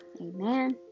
Amen